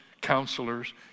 counselors